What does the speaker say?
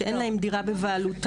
שאין להם דירה בבעלותם.